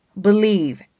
believe